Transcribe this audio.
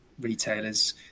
retailers